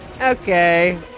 Okay